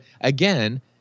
again